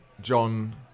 john